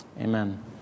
Amen